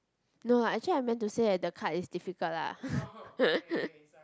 no lah actually I meant to say that the card is difficult lah